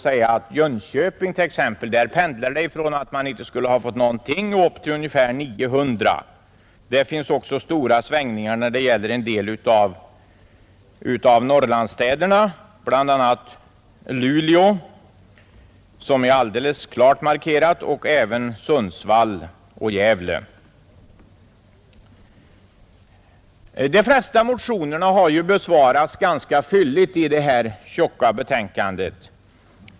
För Jönköpings del pendlar det mellan ingen utlokalisering alls och upp till ungefär 900 personer. Stora svängningar kan noteras även för en del av Norrlandsstäderna. Bl. a. är Luleå alldeles klart markerat, liksom Sundsvall och Gävle. De flesta motionerna har besvarats ganska fylligt i detta tjocka betänkande.